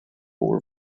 were